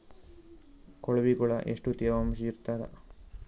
ಕೊಳವಿಗೊಳ ಎಷ್ಟು ತೇವಾಂಶ ಇರ್ತಾದ?